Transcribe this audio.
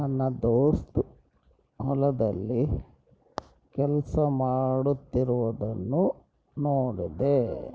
ನನ್ನ ದೋಸ್ತ ಹೊಲದಲ್ಲಿ ಕೆಲಸ ಮಾಡುತ್ತಿರುವುದನ್ನು ನೋಡಿದೆ